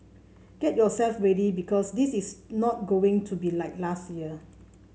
get yourself ready because this is not going to be like last year